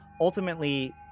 ultimately